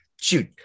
shoot